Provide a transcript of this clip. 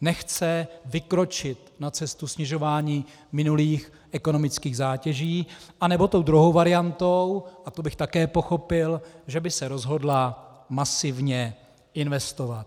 Nechce vykročit na cestu snižování minulých ekonomických zátěží a nebo tou druhou variantou, a to bych také pochopil, že by se rozhodla masivně investovat.